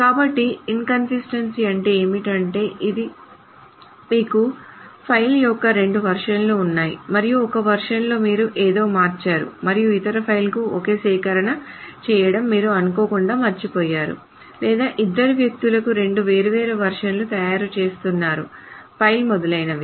కాబట్టి ఇన్కన్సిస్టెన్సీ అంటే ఏమిటంటే మీకు ఫైల్ యొక్క రెండు వెర్షన్లు ఉన్నాయి మరియు ఒక వెర్షన్ లో మీరు ఏదో మార్చారు మరియు ఇతర ఫైల్కు ఒకే సవరణ చేయడం మీరు అనుకోకుండా మర్చిపోయారు లేదా ఇద్దరు వ్యక్తులు రెండు వేర్వేరు వెర్షన్లను తయారు చేస్తున్నారు ఫైల్ మొదలైనవి